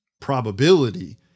probability